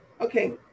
Okay